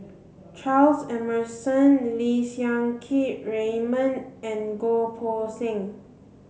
Charles Emmerson Lim Siang Keat Raymond and Goh Poh Seng